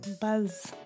Buzz